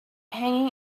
hanging